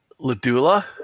LaDula